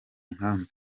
nkambi